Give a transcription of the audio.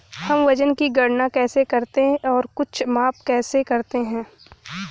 हम वजन की गणना कैसे करते हैं और कुछ माप कैसे करते हैं?